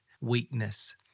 weakness